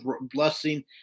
blessing